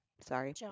Sorry